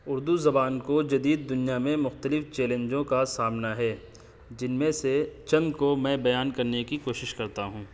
اردو زبان کو جدید دنیا میں مختلف چیلنجوں کا سامنا ہے جن میں سے چند کو میں بیان کرنے کی کوشش کرتا ہوں